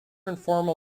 informal